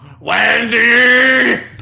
Wendy